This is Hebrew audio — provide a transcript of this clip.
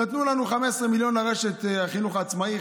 נתנו לנו 15 לרשת החינוך העצמאי,